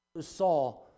saw